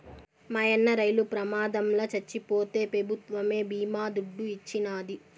మాయన్న రైలు ప్రమాదంల చచ్చిపోతే పెభుత్వమే బీమా దుడ్డు ఇచ్చినాది